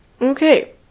Okay